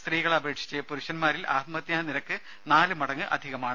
സ്ത്രീകളെ അപേക്ഷിച്ച് പുരുഷൻമാരിൽ ആത്മഹത്യാനിരക്ക് നാല് മടങ്ങ് അധികമാണ്